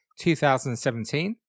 2017